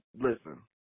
Listen